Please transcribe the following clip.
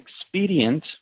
expedient